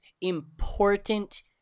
important